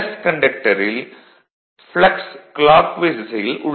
கண்டக்டரில் flux clockwise திசையில் உள்ளது